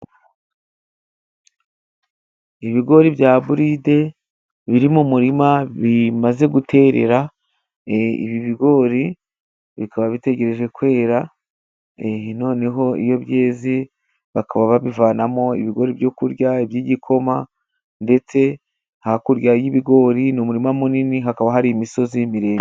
Ibigori bya buride biri mu murima bimaze guterera, ibi bigori bikaba bitegereje kwera, noneho iyo byeze bakaba babivanamo ibigori byo kurya, iby'igikoma, ndetse hakurya y'ibigori ni umurima munini, hakaba hari imisozi miremire.